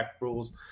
rules